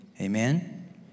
amen